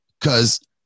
Cause